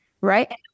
Right